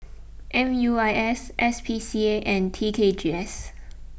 M U I S S P C A and T K G S